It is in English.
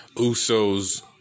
Uso's